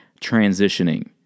transitioning